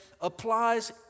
applies